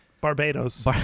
Barbados